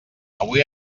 avui